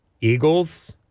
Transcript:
Eagles